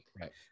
Right